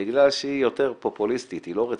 בגלל שהיא יותר פופוליסטית, היא לא רצינית,